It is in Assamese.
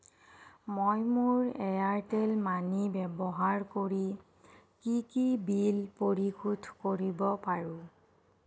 মই মোৰ এয়াৰটেল মানি ব্যৱহাৰ কৰি কি কি বিল পৰিশোধ কৰিব পাৰোঁ